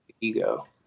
ego